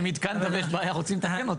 אם עדכנת ויש בעיה, רוצים לתקן אותה.